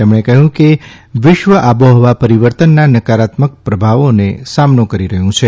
તેમણે કહ્યું કે વિશ્વ આબોહવા પરિવર્તનના નકારાત્મક પ્રભાવનો સામનો કરીરહ્યું છે